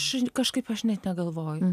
aš kažkaip aš net negalvoju